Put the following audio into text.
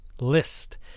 list